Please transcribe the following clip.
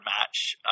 match